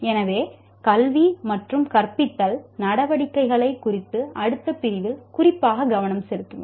எனவே கல்வி மற்றும் கற்பித்தல் நடவடிக்கைகள் குறித்து அடுத்த பிரிவில் குறிப்பாக கவனம் செலுத்துவோம்